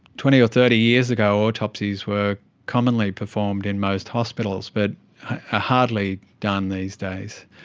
twenty or thirty years ago, autopsies were commonly performed in most hospitals, but ah hardly done these days.